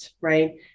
right